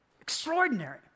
Extraordinary